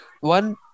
one